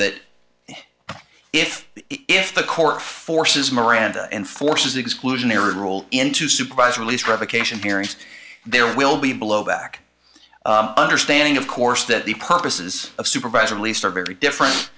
that if if the court forces miranda enforces exclusionary rule into supervised release revocation hearings there will be blowback understanding of course that the purposes of supervisor least are very different